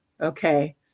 okay